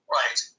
right